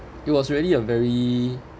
it was really a very